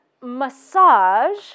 massage